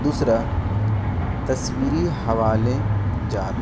دوسرا تصویری حوالے جات